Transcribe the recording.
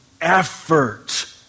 effort